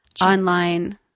online